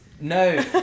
No